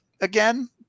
again